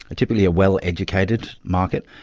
ah typically a well-educated market,